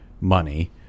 money